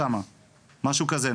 משהו כזה,